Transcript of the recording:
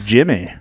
Jimmy